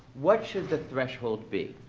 what should the threshold be?